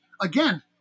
again